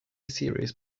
series